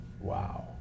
Wow